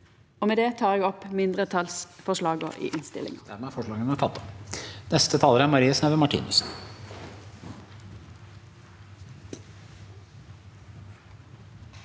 Med det tek eg opp mindretalsforslaga i innstillinga.